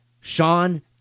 Sean